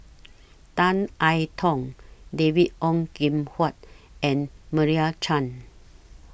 Tan I Tong David Ong Kim Huat and Meira Chand